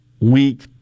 weak